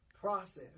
process